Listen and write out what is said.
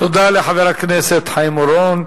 תודה לחבר הכנסת חיים אורון.